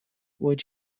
would